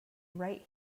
right